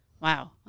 wow